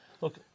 Look